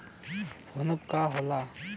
PhonePe का होला?